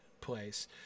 place